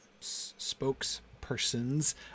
spokespersons